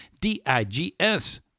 d-i-g-s